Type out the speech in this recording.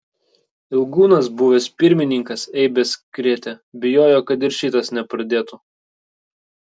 ilgūnas buvęs pirmininkas eibes krėtė bijojo kad ir šitas nepradėtų